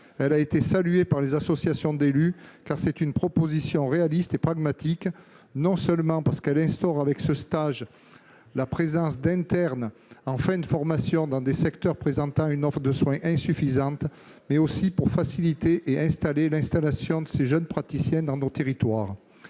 Elle a été saluée par les associations d'élus, pour son caractère réaliste et pragmatique : non seulement elle instaure la présence d'internes en fin de formation dans des secteurs souffrant d'une offre de soins insuffisante, mais aussi elle facilite et incite l'installation de ces jeunes praticiens dans nos territoires.